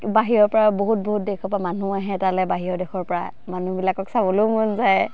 বাহিৰৰ পৰা বহুত বহুত দেশৰ পৰা মানুহ আহে তালে বাহিৰৰ দেশৰ পৰা মানুহবিলাকক চাবলৈও মন যায়